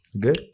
Good